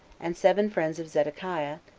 and seven friends of zedekiah,